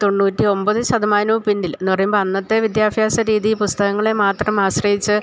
തൊണ്ണൂറ്റി ഒമ്പത് ശതമാനവും പിന്നിൽ എന്നു പറയുമ്പോള് അന്നത്തെ വിദ്യാഭ്യാസ രീതി പുസ്തകങ്ങളെ മാത്രമാശ്രയിച്ച്